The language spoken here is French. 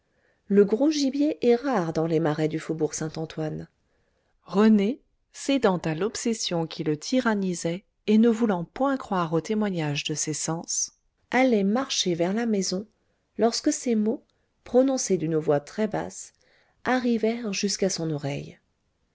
le gros gibier est rare dans les marais du faubourg saint-antoine rené cédant à l'obsession qui le tyrannisait et ne voulant point croire au témoignage de ses sens allait marcher vers la maison lorsque ces mots prononcés d'une voix très basse arrivèrent jusqu'à son oreille